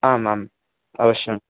आम् आम् अवश्यम्